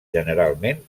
generalment